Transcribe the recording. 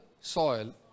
soil